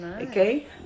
Okay